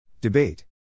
Debate